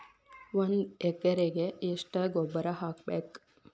ಒಂದ್ ಎಕರೆಗೆ ಎಷ್ಟ ಗೊಬ್ಬರ ಹಾಕ್ಬೇಕ್?